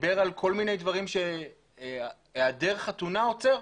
דיבר על כל מיני דברים שהיעדר חתונה עוצר,